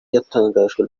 yatangajwe